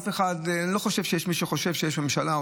אני לא חושב שיש מי שחושב שיש ממשלה או